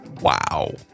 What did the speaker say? wow